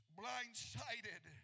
blindsided